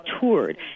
toured